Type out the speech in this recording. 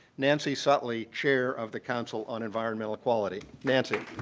nancy sutley, chair of the council on environmental quality. nancy